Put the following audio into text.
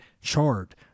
chart